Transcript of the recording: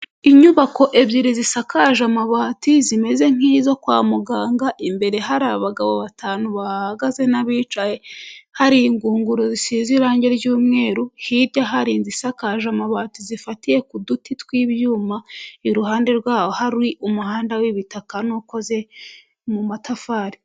Inyubako ebyiri zisakaje amabati, zimeze nk'izo kwa muganga, imbere hari abagabo batanu bahahagaze n'abicaye, hari ingunguru zisize irange ry'umweru, hirya hari inzu isakaje amabati zifatiye ku duti tw'ibyuma, iruhande rw'aho hari umuhanda w'ibitaka n'ukoze mu matafari.